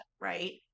right